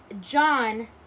John